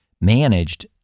managed